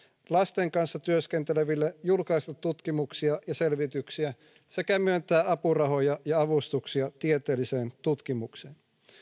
lasten kanssa työskenteleville julkaista tutkimuksia ja selvityksiä sekä myöntää apurahoja ja avustuksia tieteelliseen tutkimukseen